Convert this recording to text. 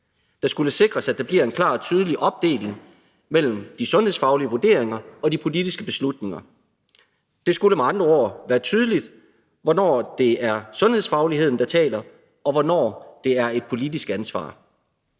det skulle sikres, at der bliver en klar og tydelig opdeling mellem de sundhedsfaglige vurderinger og de politiske beslutninger – det skulle med andre ord være tydeligt, hvornår det er sundhedsfagligheden, der taler, og hvornår det er et politisk ansvar